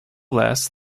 less